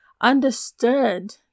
understood